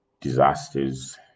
disasters